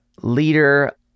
Leader